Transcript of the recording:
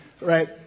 Right